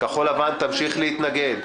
כחול לבן תמשיך להתנגד,